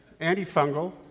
antifungal